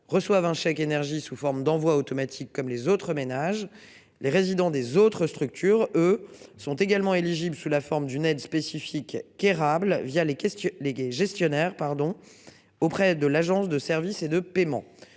reçoivent un chèque énergie sous forme d'envoi automatique comme les autres ménages. Les résidents des autres structures eux sont également éligibles sous la forme d'une aide spécifique qu'érable via les questions léguées gestionnaire pardon auprès de l'Agence de services et de paiement.